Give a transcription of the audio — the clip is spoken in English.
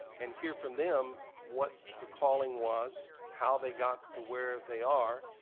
and hear from them what the calling was how they got to where they are.